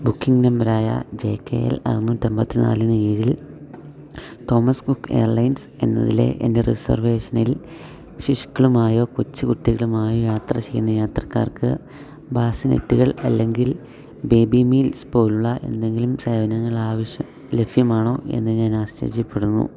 booking നമ്പറായ J K L അറുന്നൂറ്റിയമ്പത്തിനാലിന് കീഴിൽ തോമസ് കുക്ക് എയർലൈൻസ് എന്നതിലെ എൻ്റെ റിസർവേഷനിൽ ശിശുക്കളുമായോ കൊച്ചുകുട്ടികളുമായോ യാത്ര ചെയ്യുന്ന യാത്രക്കാർക്ക് ബാസിനറ്റുകൾ അല്ലെങ്കിൽ ബേബി മീൽസ് പോലെയുള്ള എന്തെങ്കിലും സേവനങ്ങൾ ലഭ്യമാണോയെന്ന് ഞാൻ ആശ്ചര്യപ്പെടുന്നു